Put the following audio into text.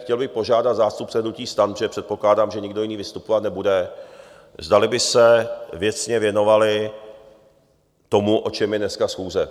Chtěl bych požádat zástupce hnutí STAN, protože předpokládám, že nikdo jiný vystupovat nebude, zdali by se věcně věnovali tomu, o čem je dneska schůze.